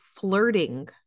flirting